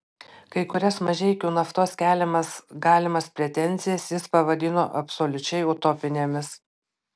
kai kurias mažeikių naftos keliamas galimas pretenzijas jis pavadino absoliučiai utopinėmis